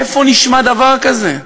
איפה נשמע דבר כזה?